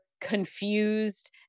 confused